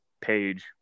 page